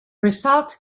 results